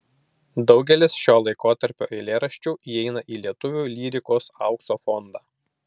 daugelis šio laikotarpio eilėraščių įeina į lietuvių lyrikos aukso fondą